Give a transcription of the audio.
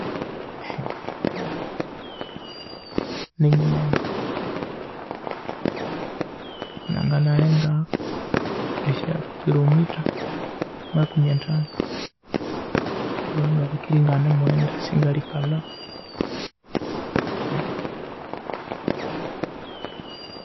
Ninyinene nanganaghenda esya kilometer makumi athanu kubanga bukira enganimughenda singalhikalha ya.